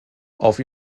auf